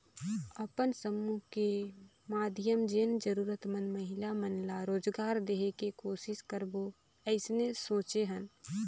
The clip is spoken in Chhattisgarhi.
अपन समुह के माधियम जेन जरूरतमंद महिला मन ला रोजगार देहे के कोसिस करबो अइसने सोचे हन